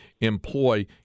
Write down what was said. employ